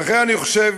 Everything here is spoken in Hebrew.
ולכן, אני חושב